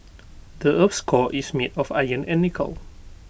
the Earth's core is made of iron and nickel